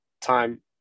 time